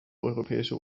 europäische